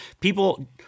People